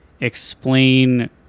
explain